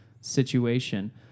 situation